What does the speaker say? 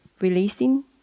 releasing